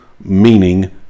meaning